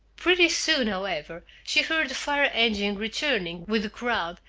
pretty soon, however, she heard the fire-engine returning, with the crowd,